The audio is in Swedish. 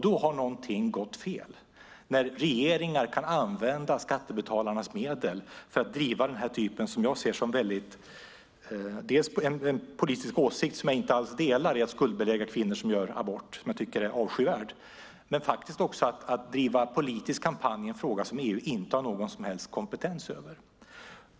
Då har någonting gått fel, när regeringar kan använda skattebetalarnas medel för att driva denna typ av, som jag ser det, politisk åsikt - som jag inte alls delar; det är att skuldbelägga kvinnor som gör abort, vilket jag tycker är avskyvärt - och faktiskt också driva en politisk kampanj i en fråga där EU inte har någon som helst kompetens.